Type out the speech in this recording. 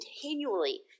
continually